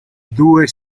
due